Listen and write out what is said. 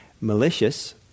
malicious